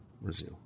Brazil